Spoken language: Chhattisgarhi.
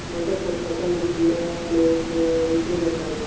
मटर के फसल मा कीड़ा ले कइसे बचाबो?